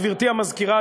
גברתי המזכירה,